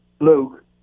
luke